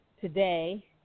today